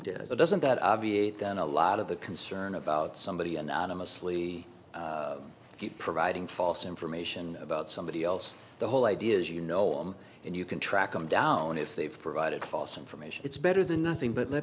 did it doesn't that obviate down a lot of the concern about somebody anonymously keep providing false information about somebody else the whole idea is you know i'm and you can track them down if they've provided false information it's better than nothing but let